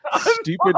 stupid